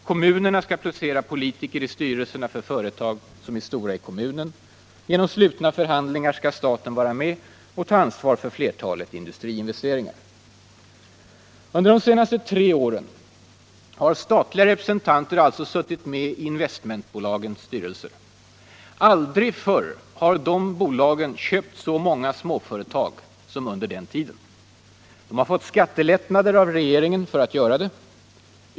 Kommunerna skall placera politiker i styrelserna för företag som är stora i kommunen. Genom slutna förhandlingar skall staten vara med och ta ansvar för flertalet industriinvesteringar. Under de senaste tre åren har alltså statliga representanter suttit med Allmänpolitisk debatt Allmänpolitisk debatt i investmentbolagens styrelse. Aldrig förr har de här bolagen köpt så många småföretag som under denna period. De har fått skattelättnader av regeringen för att kunna göra det.